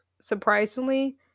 surprisingly